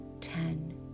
ten